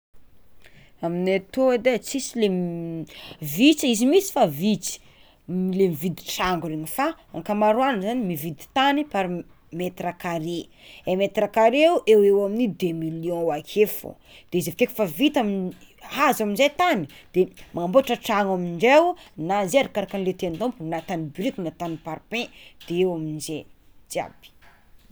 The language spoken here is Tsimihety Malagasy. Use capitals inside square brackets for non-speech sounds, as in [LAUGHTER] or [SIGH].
Aminay atô edy e tsisy le [HESITATION] vitsy izy misy fa vitsy [HESITATION] le mividy tragno regny fa ankamaroagny zagny de mividy tany par metre carré, un metre carré eoeo amy deux million ake fôgna izy ake fa vita, azo amizay tany de magnamboatra amindreo na zay arakaraka le tiny atao na tany biriky na tany parpaing de eo amizay jiaby.